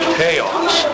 chaos